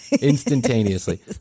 instantaneously